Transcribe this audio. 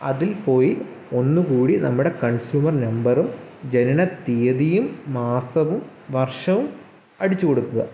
അതിൽ പോയി ഒന്നുകൂടി നമ്മുടെ കൺസ്യുമർ നമ്പറും ജനന തിയ്യതിയും മാസവും വർഷവും അടിച്ചുകൊടുക്കുക